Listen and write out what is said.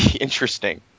interesting